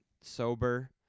sober